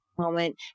moment